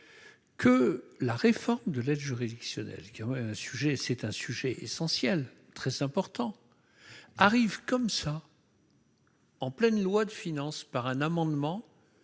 que la réforme de l'aide juridictionnelle, qui aurait un sujet c'est un sujet essentiel très important arrive comme ça, en pleine loi de finances, par un amendement